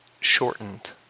shortened